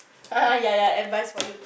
ha ha ya ya advice for you